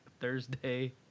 Thursday